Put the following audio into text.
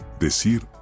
Decir